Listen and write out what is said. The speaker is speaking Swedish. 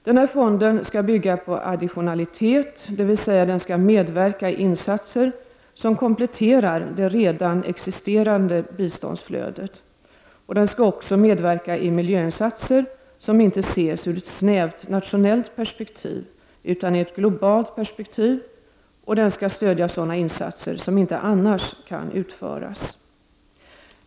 Denna fond skall bygga på additionalitet, dvs. den skall medverka i insatser som kompletterar det redan existerande biståndsflödet. Den skall också medverka i miljöinsatser som inte ses ur ett snävt nationellt perspektiv utan i ett globalt perspektiv, och den skall stödja sådana insatser som inte annars kan utföras.